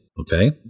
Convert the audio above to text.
Okay